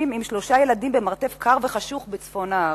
עם שלושה ילדים במרתף קר וחשוך בצפון הארץ.